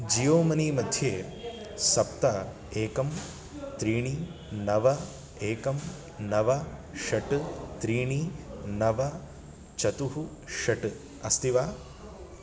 जियो मनीमध्ये सप्त एकं त्रीणि नव एकं नव षट् त्रीणि नव चतुः षट् अस्ति वा